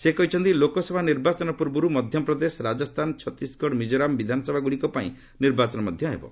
ସେ କହିଛନ୍ତି ଲୋକସଭା ନିର୍ବାଚନ ପୂର୍ବରୁ ମଧ୍ୟପ୍ରଦେଶ ରାଜସ୍ଥାନ ଛତିଶଗଡ଼ ମିକୋରାମ ବିଧାନସଭାଗୁଡ଼ିକ ପାଇଁ ନିର୍ବାଚନ କରାଯିବ